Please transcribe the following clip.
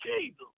Jesus